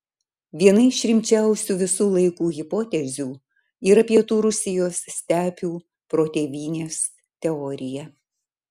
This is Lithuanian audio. viena iš rimčiausių visų laikų hipotezių yra pietų rusijos stepių protėvynės teorija